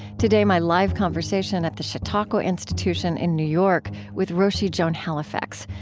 today, my live conversation at the chautauqua institution in new york with roshi joan halifax.